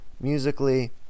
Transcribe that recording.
musically